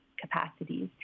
capacities